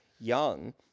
young